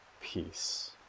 peace